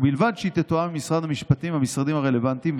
ובלבד שהיא תתואם עם משרד המשפטים והמשרדים הרלוונטיים,